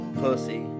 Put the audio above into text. pussy